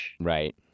Right